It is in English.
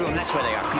that's where they